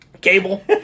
cable